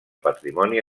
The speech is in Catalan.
patrimoni